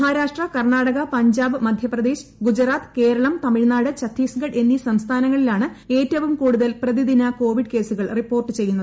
മഹാരാഷ്ട്ര കർണ്ണാടക പഞ്ചാബ് മധ്യപ്രദേശ് ഗുജറാത്ത് കേരളം തമിഴ്നാട് ഛത്തീസ്ഗഡ് എന്നീ സംസ്ഥാനങ്ങളിലാണ് ഏറ്റവും കൂടുതൽ പ്രതിദിന കോവിഡ് കേസുകൾ റിപ്പോർട്ട് ചെയ്യുന്നത്